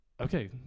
okay